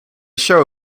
show